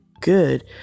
good